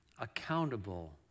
accountable